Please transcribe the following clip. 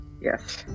Yes